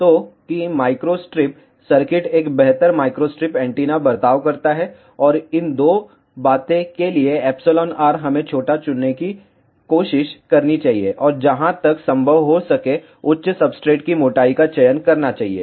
तो कि microstrip circuit एक बेहतर माइक्रोस्ट्रिप एंटीना बर्ताव करता है और इन 2 बातें के लिए εr हमें छोटा चुनने की कोशिश करनी चाहिए और जहां तक संभव हो सके उच्च सब्सट्रेट की मोटाई का चयन करना चाहिए